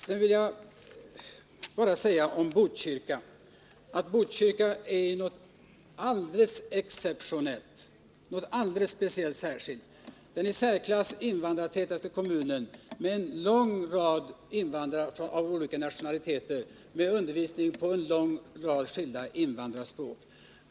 Sedan vill jag bara säga att Botkyrka är något exceptionellt, något alldeles speciellt. Botkyrka är den i särklass invandrartätaste kommunen med invandrare av en lång rad olika nationaliteter och med undervisning på ett stort antal invandrarspråk.